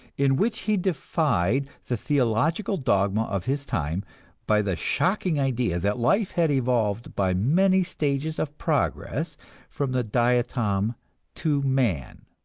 in which he defied the theological dogma of his time by the shocking idea that life had evolved by many stages of progress from the diatom to man.